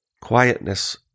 quietness